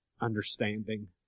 understanding